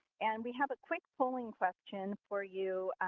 and we have a quick polling question for you,